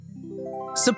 Support